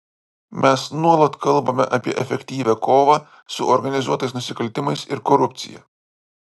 mes nuolat kalbame apie efektyvią kovą su organizuotais nusikaltimais ir korupcija